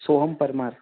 Soham Parmar